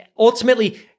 Ultimately